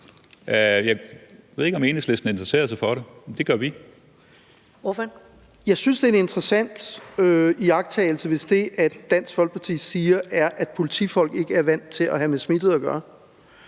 (Karen Ellemann): Ordføreren. Kl. 13:12 Søren Søndergaard (EL): Jeg synes, det er en interessant iagttagelse, hvis det, Dansk Folkeparti siger, er, at politifolk ikke er vant til at have med smittede at gøre,